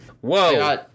whoa